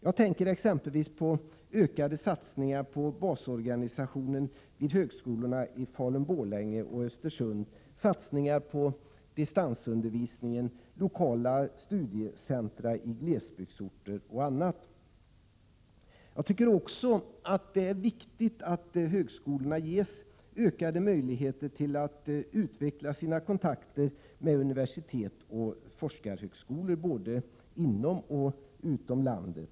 Jag tänker exempelvis på ökade satsningar på basorganisationen vid högskolorna i Falun-Borlänge och i Östersund, satsningar på distansundervisning och lokala studiecentra i glesbygdsorter och annat. Det är också viktigt att högskolorna ges ökade möjligheter att utveckla sina kontakter med universitet och forskarhögskolor både inom och utom landet.